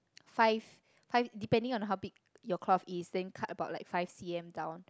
five five depending on how big your cloth is then cut about like five C_M down